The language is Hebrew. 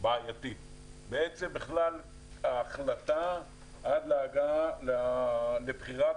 בעייתי בעצם ההחלטה עד להגעה לבחירת